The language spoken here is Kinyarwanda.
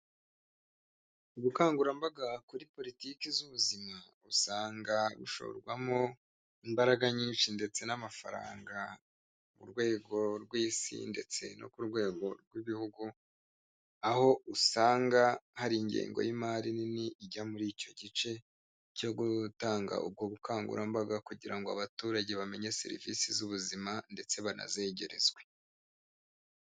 Ubukangurambaga kuri politiki z'ubuzima usanga rushorwamo imbaraga nyinshi ndetse n'amafaranga mu rwego rw'isi ndetse no ku rwego rw'ibihugu aho usanga hari ingengo y'imari nini ijya muri icyo gice cyo gutanga ubwo bukangurambaga kugira ngo abaturage bamenye serivisi z'ubuzima ndetse banazegerezwe.